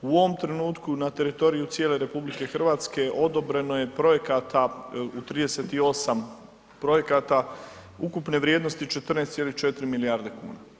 U ovom trenutku na teritoriju cijele RH odobreno je projekata u 38 projekata ukupne vrijednosti 14,4 milijarde kuna.